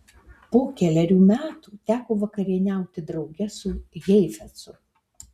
po kelerių metų teko vakarieniauti drauge su heifetzu